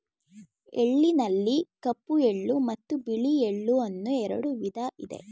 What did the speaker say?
ಎಳ್ಳಿನಲ್ಲಿ ಕಪ್ಪು ಎಳ್ಳು ಮತ್ತು ಬಿಳಿ ಎಳ್ಳು ಅನ್ನೂ ಎರಡು ವಿಧ ಇದೆ